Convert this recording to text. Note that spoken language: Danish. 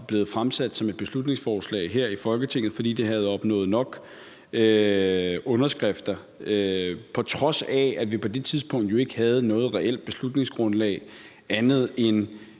blevet fremsat som et beslutningsforslag her i Folketinget, fordi det havde opnået nok underskrifter, på trods af at vi på det tidspunkt jo ikke havde noget reelt beslutningsgrundlag andet end